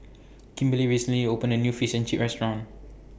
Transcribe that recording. Kimberley recently opened A New Fish and Chips Restaurant